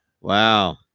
Wow